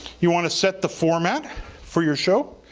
you want to set the format for your show.